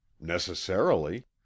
Necessarily